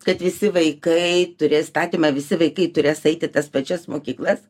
kad visi vaikai turės statymą visi vaikai turės eit į tas pačias mokyklas